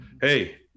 Hey